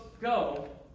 go